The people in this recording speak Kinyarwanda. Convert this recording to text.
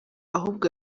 ahubwo